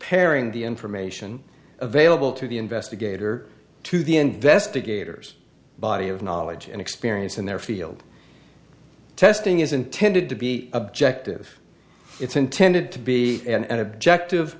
comparing the information available to the investigator to the investigators body of knowledge and experience in their field testing is intended to be objective it's intended to be and objective